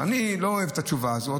אני לא אוהב את התשובה הזאת,